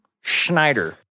Schneider